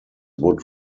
would